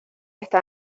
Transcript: esta